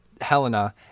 Helena